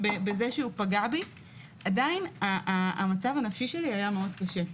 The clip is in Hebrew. בזה שהוא פגע בי עדיין המצב הנפשי שלי היה מאוד קשה.